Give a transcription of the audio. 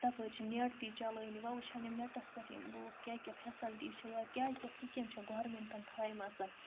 تَپٲرۍ نیٹ تہِ چَلٲنی وۄنۍ وٕچھَن یِم نٮ۪ٹَس پٮ۪ٹھ یِم لوٗکھ کیٛاہ کیٛاہ فیسلٹی چھےٚ یا کیٛاہ کیٛاہ سِکیٖم چھےٚ گورمٮ۪نٛٹَن تھایمژٕ